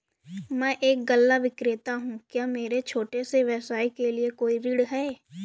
मैं एक गल्ला विक्रेता हूँ क्या मेरे छोटे से व्यवसाय के लिए कोई ऋण है?